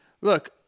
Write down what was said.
Look